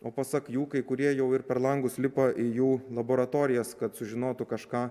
o pasak jų kai kurie jau ir per langus lipa į jų laboratorijas kad sužinotų kažką